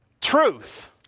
truth